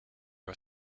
are